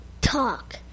Talk